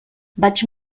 vaig